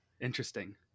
interesting